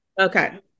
Okay